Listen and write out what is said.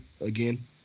again